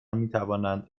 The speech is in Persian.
میتوانند